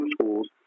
schools